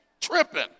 tripping